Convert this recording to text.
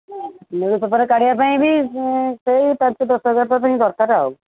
news paper କାଢ଼ିବା ପାଇଁ ବି ସେଇ ପାଞ୍ଚ ଦଶହଜାର ଟଙ୍କା ହିଁ ଦରକାର ଆଉ